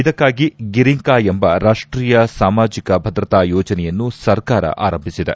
ಇದಕ್ಕಾಗಿ ಗಿರಿಂಕಾ ಎಂಬ ರಾಷ್ಟೀಯ ಸಾಮಾಜಿಕ ಭದ್ರತಾ ಯೋಜನೆಯನ್ನು ಸರ್ಕಾರ ಆರಂಭಿಸಿದೆ